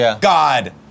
God